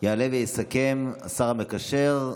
יעלה ויסכם השר המקשר,